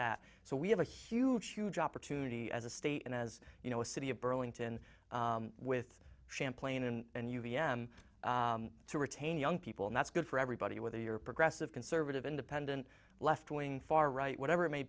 that so we have a huge huge opportunity as a state and as you know a city of burlington with champlain and you the m to retain young people and that's good for everybody whether you're progressive conservative independent left wing far right whatever it may